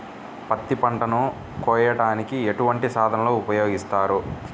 పత్తి పంటను కోయటానికి ఎటువంటి సాధనలు ఉపయోగిస్తారు?